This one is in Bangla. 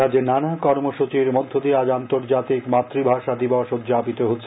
রাজ্যে নানা কর্মসূচির মধ্যদিয়ে আজ আন্তর্জাতিক মাতৃভাষা দিবস উদযাপিত হচ্ছে